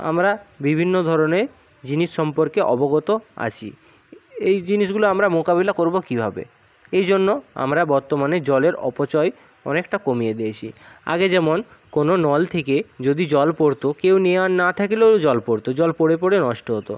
আমরা বিভিন্ন ধরণের জিনিস সম্পর্কে অবগত আছি এই জিনিসগুলো আমরা মোকাবিলা করবো কীভাবে এই জন্য আমরা বর্তমানে জলের অপচয় অনেকটা কমিয়ে দিয়েছি আগে যেমন কোনো নল থেকে যদি জল পড়তো কেউ নেওয়ার না থাকলেও জল পড়তো জল পড়ে পড়ে নষ্ট হতো